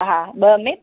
हा ॿ में